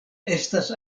estas